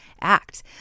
act